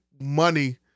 money